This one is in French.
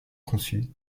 conçues